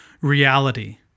reality